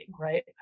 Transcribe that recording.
right